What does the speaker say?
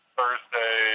Thursday